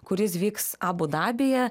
kuris vyks abu dabyje